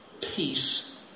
peace